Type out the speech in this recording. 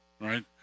right